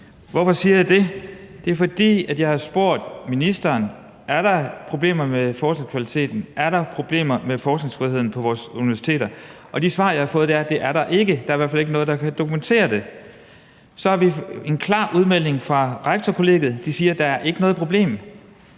spurgt ministeren: Er der problemer med forskningskvaliteten? Er der problemer med forskningsfriheden på vores universiteter? Og de svar, jeg har fået, er, at det er der ikke. Der er i hvert fald ikke noget, der kan dokumentere det. Og så har vi en klar udmelding fra Rektorkollegiet. De siger, at der ikke er noget problem.